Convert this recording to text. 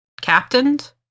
captained